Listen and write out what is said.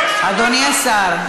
אדוני השר,